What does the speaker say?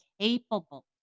capable